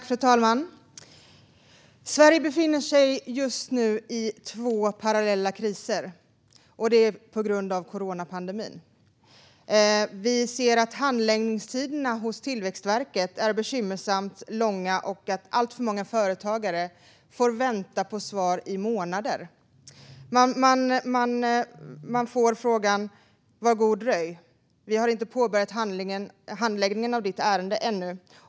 Fru talman! Sverige befinner sig just nu i två parallella kriser, och det på grund av coronapandemin. Handläggningstiderna hos Tillväxtverket är bekymmersamt långa och alltför många företagare får vänta på svar i månader. De får svaret: Var god dröj, vi har inte påbörjat handläggningen av ditt ärende ännu.